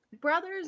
Brothers